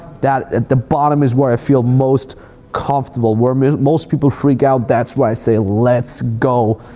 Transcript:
that at the bottom is where i feel most comfortable, where most most people freak out, that's where i say, let's go.